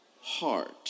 heart